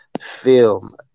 film